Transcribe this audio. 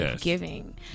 giving